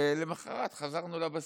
למוחרת חזרנו לבסיס.